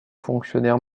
fonctionnaire